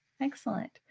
excellent